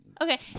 Okay